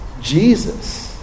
Jesus